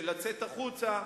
לצאת החוצה,